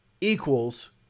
equals